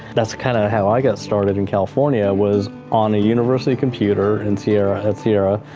that's kinda how i got started in california, was on a university computer in sierra, at sierra,